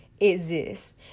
exists